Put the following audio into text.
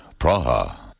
Praha